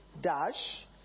dash